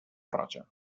roja